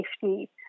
safety